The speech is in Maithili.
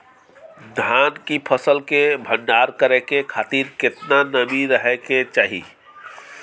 धान की फसल के भंडार करै के खातिर केतना नमी रहै के चाही?